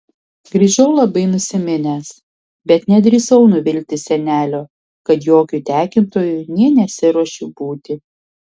grįžau labai nusiminęs bet nedrįsau nuvilti senelio kad jokiu tekintoju nė nesiruošiu būti